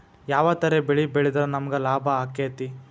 ಯಾವ ತರ ಬೆಳಿ ಬೆಳೆದ್ರ ನಮ್ಗ ಲಾಭ ಆಕ್ಕೆತಿ?